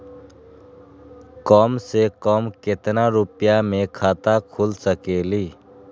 कम से कम केतना रुपया में खाता खुल सकेली?